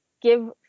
give